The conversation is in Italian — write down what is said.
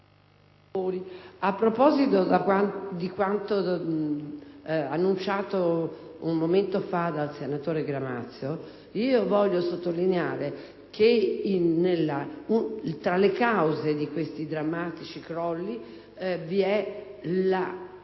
a proposito di quanto annunciato un momento fa dal senatore Gramazio, voglio sottolineare che tra le cause di questi drammatici crolli vi è la